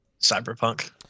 Cyberpunk